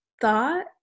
thought